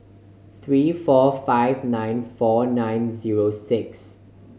three four five nine four nine zero six